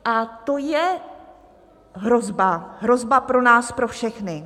A to je hrozba, hrozba pro nás pro všechny.